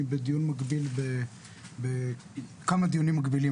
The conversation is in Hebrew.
אני בכמה דיונים מקבילים.